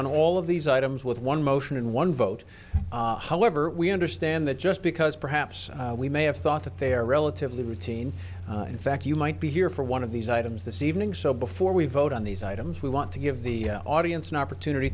on all of these items with one motion and one vote however we understand that just because perhaps we may have thought that they are relatively routine in fact you might be here for one of these items this evening so before we vote on these items we want to give the audience an opportunity